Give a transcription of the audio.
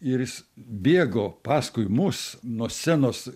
ir jis bėgo paskui mus nuo scenos